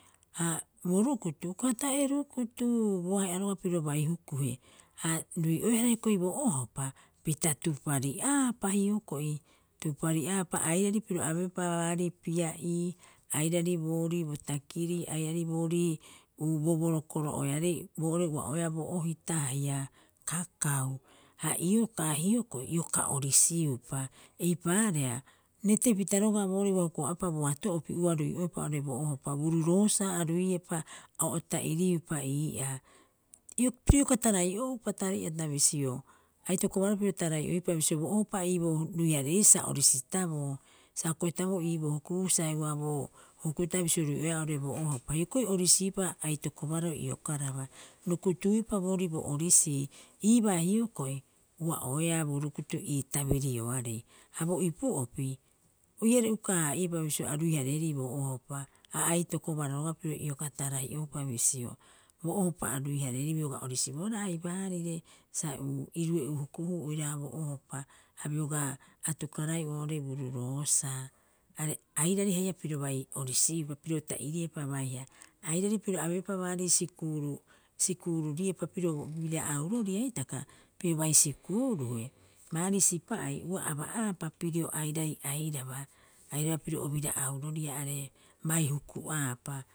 Ha ubo rkutu uka ata'e rukutu bo ahe'a roga'a piro bai hukuhe, ha rui'oehara hioko'i bo ohopa pita tupari'aapa hioko'i. Tupari'aapa airari piro abeepa baari pia'ii airari boori bo takirii airaro boorii bo borokoro'oearei bo ore ua'oea bo ohita haia kakau. Ha iokaa hioko'i ioka orisiupa eipaareha reetepita roga'a boorii ua hukuhaa'oepa boato'opi ua rui'oepa oo'ore bo ohopa Bururoosa a ruiepa a o ta'iriupa ii'aa. ioka tarai'oupa tari'ata bisio. aitoko baroo piro tarai'oiupa bisio, bo ohopa a iiboo ruihareerii sa o orisitaboo sa o koetaboo iiboo hukubuu sa heuaboo hukutaa bisio rui'oea oo'ore bo ohopa. Hioko'i orisiiupa, atokobaroo iokaraba rukutuiupa boorii bo orisii iibaa hioko'i ua oeaa bo rukutu ii tabirioarei. Ha bo ipu'opi, o iare uka haa'iepa bisio a ruihareeri bo ohopa ha aitokobaroo roga'a piro ioka tarai'oupa bisio, bo ohopa a ruihaareeri bioga orisibohara aibaarire sa iruee'uu hukuhuu oiraha bo ohopa ha bioga atukaraeu oo'ore bururoosaa. Are airari haia piro bai orisiupa piro ta'iriepa baiha, airari piro abeepa baarii sikuuru- sikuuru riopa pirio obira'auroria hitaka piro bai sikuuruhe baarii Sipa'ai ua ab'aapa pirio airai airaba. Airaba pirio o bira'auroria are bai huku'aapa